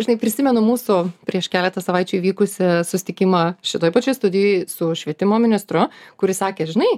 žinai prisimenu mūsų prieš keletą savaičių įvykusį susitikimą šitoj pačioj studijoj su švietimo ministru kuris sakė žinai